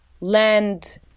land